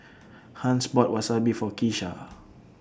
Hans bought Wasabi For Keesha